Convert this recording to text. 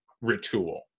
ritual